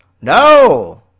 no